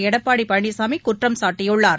எடப்பாடி பழனிசாமி குற்றம் சாட்டியுள்ளார்